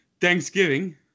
Thanksgiving